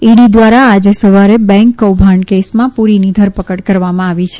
ED દ્વારા આજે સવારે બેન્ક કૌભાંડ કેસમાં પુરીની ધરપકડ કરવામાં આવી છે